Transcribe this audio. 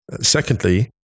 Secondly